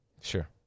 Sure